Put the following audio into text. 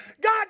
God